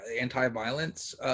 anti-violence